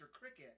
cricket